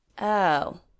Oh